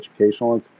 educational